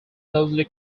closely